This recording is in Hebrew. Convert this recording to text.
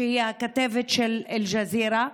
שהיא הכתבת של אל-ג'זירה,